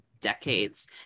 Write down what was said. decades